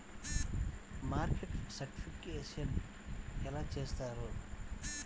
Market certification ఎలా చేస్తారు?